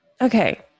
Okay